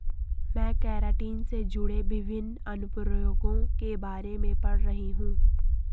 मैं केराटिन से जुड़े विभिन्न अनुप्रयोगों के बारे में पढ़ रही हूं